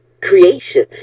creation